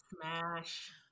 Smash